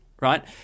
Right